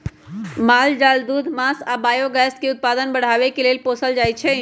माल जाल दूध मास आ बायोगैस के उत्पादन बढ़ाबे लेल पोसल जाइ छै